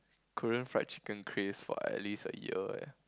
Korean fried chicken craze for at least a year eh